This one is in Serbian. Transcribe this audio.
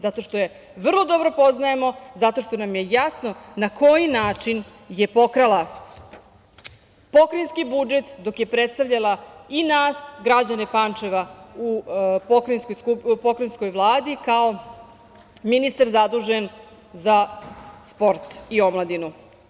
Zato što je vrlo dobro poznajemo, zato što nam je jasno na koji način je pokrala pokrajinski budžet, dok je predstavljala i nas građane Pančeva u pokrajinskoj Vladi kao ministar zadužen za sport i omladinu.